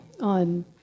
on